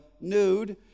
nude